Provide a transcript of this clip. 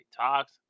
talks